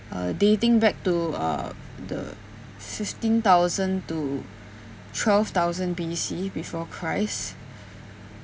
uh dating back to uh the fifteen thousand to twelve thousand B_C before christ